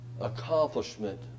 accomplishment